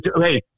hey